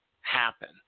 Happen